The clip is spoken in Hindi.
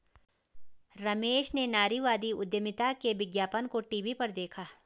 रमेश ने नारीवादी उधमिता के विज्ञापन को टीवी पर देखा